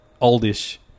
oldish